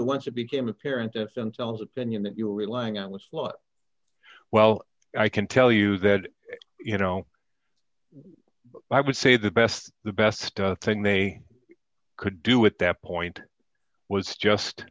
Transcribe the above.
once it became apparent to them selves opinion that you were relying on this law well i can tell you that you know i would say the best the best thing they could do at that point was just